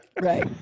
Right